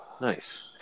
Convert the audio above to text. Nice